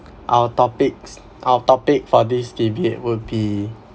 our topics our topic for this debate will be